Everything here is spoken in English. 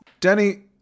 Danny